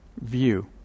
view